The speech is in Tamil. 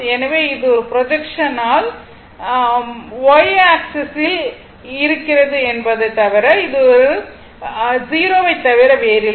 எனவே இது ஒரு ப்ரொஜெக்ஷனல் y ஆக்ஸிஸ் என்பது 0 ஐத் தவிர வேறில்லை